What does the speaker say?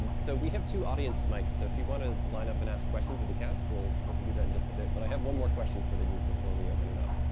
and so we have two audience mics. so if you want to line up and ask questions of the cast, we can do that in just a bit. but i have one more question for the group before we open it up.